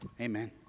Amen